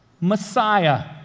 Messiah